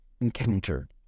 encounter